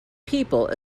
people